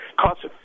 costs